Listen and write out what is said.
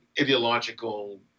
ideological